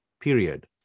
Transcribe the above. period